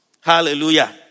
Hallelujah